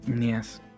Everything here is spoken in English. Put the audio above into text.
Yes